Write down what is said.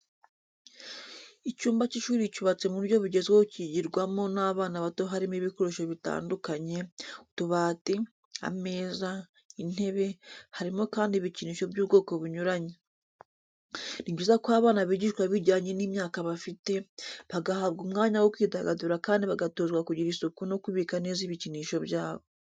Icyumba cy'ishuri cyubatse mu buryo bugezweho kigirwamo n'abana bato harimo ibikoresho bitandukanye: utubati, ameza, intebe harimo kandi ibikinisho by'ubwoko bunyuranye. Ni byiza ko abana bigishwa bijyanye n'imyaka bafite, bagahabwa umwanya wo kwidagadura kandi bagatozwa kugira isuku no kubika neza ibikinisho byabo.